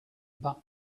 back